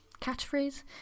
catchphrase